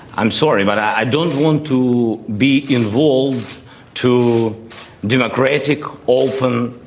i'm sorry but i don't want to be involved too democratic all from